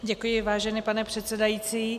Děkuji, vážený pane předsedající.